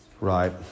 Right